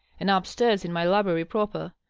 and up-stairs in my library proper.